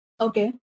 Okay